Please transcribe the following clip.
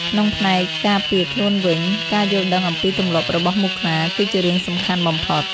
ក្នុងផ្នែកការពារខ្លួនវិញ ការយល់ដឹងអំពីទម្លាប់របស់មូសខ្លាគឺជារឿងសំខាន់បំផុត។